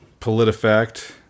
PolitiFact